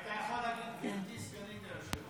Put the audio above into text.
אתה יכול להגיד גברתי סגנית היושב-ראש.